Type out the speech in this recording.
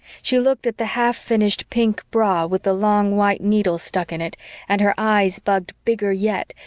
she looked at the half-finished pink bra with the long white needles stuck in it and her eyes bugged bigger yet,